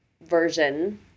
version